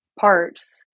parts